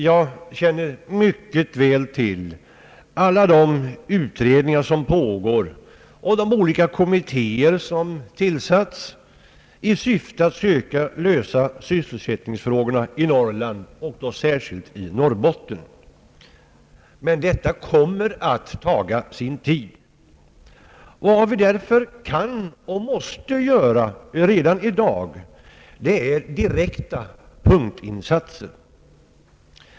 Jag känner mycket väl till alla de utredningar som pågår och de olika kommittéer som har tillsatts i syfte att söka lösa sysselsättningsfrågorna i Norrland och då särskilt i Norrbotten, men detta kommer att ta sin tid. Vad vi därför kan och måste göra redan i dag är direkta punktinsatser.